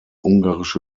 ungarische